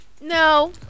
No